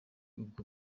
ubwo